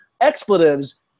expletives